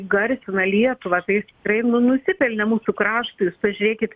garsina lietuvą tai tikrai nu nusipelnė mūsų kraštui jūs pažiūrėkit